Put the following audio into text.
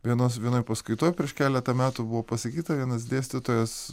vienos vienoj paskaitoje prieš keletą metų buvo pasakyta vienas dėstytojas